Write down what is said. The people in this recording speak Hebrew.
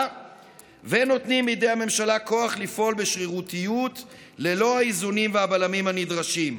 ונותנים בידי הממשלה כוח לפעול בשרירותיות ללא האיזונים והבלמים הנדרשים.